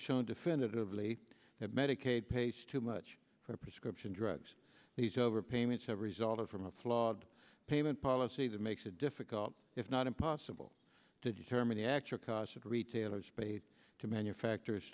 show definitively that medicaid pays too much for prescription drugs these over payments have resulted from a flawed payment policy that makes it difficult if not impossible to determine the actual cost of retailers paid to manufacturers